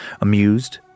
amused